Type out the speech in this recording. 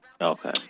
Okay